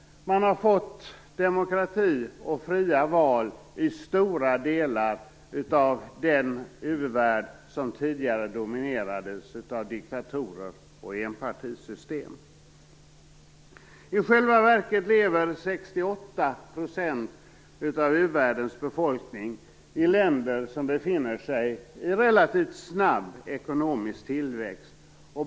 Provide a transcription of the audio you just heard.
Man har fått demokrati och fria val i stora delar av den u-värld som tidigare dominerades av diktatorer och enpartisystem. I själva verket lever 68 % av u-världens befolkning i länder som befinner sig i relativt snabb ekonomisk tillväxt.